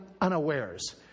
unawares